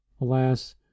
Alas